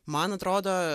man atrodo